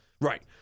Right